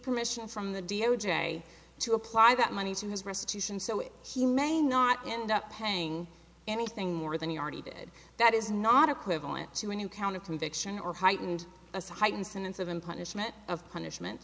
permission from the d o j to apply that money to his restitution so he may not end up paying anything more than he already did that is not equivalent to a new count of conviction or heightened a heightened sense of in punishment of punishment